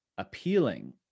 appealing